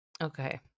okay